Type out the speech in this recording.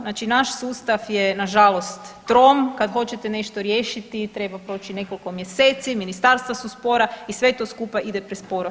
Znači naš sustav je nažalost trom, kad hoćete nešto riješiti, treba proći nekoliko mjeseci, ministarstva su spora i sve to skupa ide presporo.